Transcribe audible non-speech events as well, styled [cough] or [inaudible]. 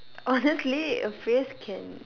honestly [laughs] a phrase can